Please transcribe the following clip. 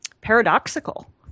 paradoxical